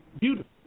beautiful